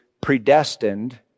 predestined